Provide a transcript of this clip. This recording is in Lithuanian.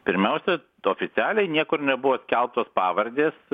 pirmiausia oficialiai niekur nebuvo skelbtos pavardės